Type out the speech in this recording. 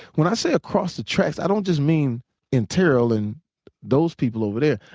when i say across the tracks, i don't just mean in terrell and those people over there.